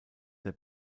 der